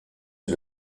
est